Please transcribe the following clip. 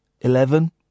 Eleven